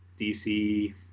dc